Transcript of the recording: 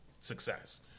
success